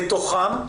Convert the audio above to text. בתוכם,